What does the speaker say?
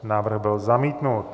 Návrh byl zamítnut.